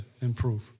improve